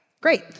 Great